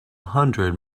hundred